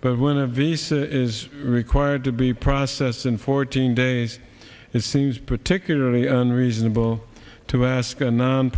but when a visa is required to be processed in fourteen days it seems particularly unreasonable to ask a